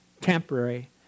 temporary